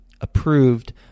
approved